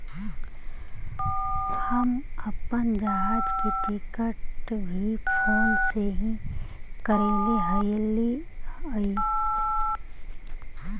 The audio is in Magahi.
हम अपन जहाज के टिकट भी फोन से ही करैले हलीअइ